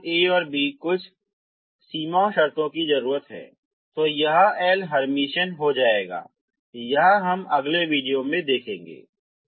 तो आपको a और b पर कुछ सीमा शर्तों की जरूरत है तो यह L हर्मिटियन हो जाएगा यह हम अगले वीडियो में देखेंगे